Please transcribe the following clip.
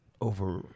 over